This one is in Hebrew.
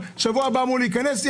בשבוע הבא אמור להיכנס הצו,